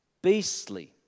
beastly